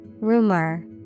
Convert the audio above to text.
Rumor